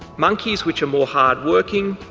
monkeys which are more hard working,